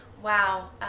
Wow